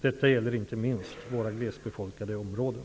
Detta gäller inte minst våra glesbefolkade områden.